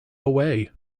away